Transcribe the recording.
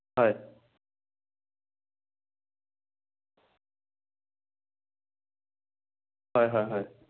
হয় হয় হয় হয়